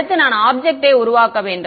அடுத்து நான் ஆப்ஜெக்ட்டை உருவாக்க வேண்டும்